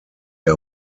der